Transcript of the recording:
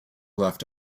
left